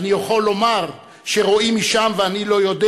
אני יכול לומר שרואים משם ואני לא יודע